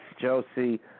Josie